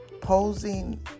posing